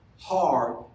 hard